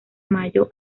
mayo